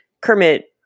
Kermit